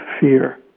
fear